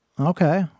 Okay